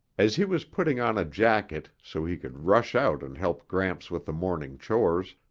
as he was putting on a jacket so he could rush out and help gramps with the morning chores,